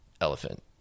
elephant